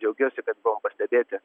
džiaugiuosi kad buvom pastebėti